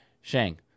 Shang